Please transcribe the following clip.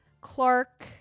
Clark